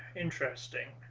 interesting